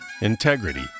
integrity